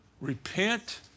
Repent